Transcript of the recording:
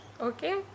Okay